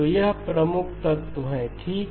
तो यह प्रमुख तत्व है ठीक